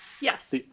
Yes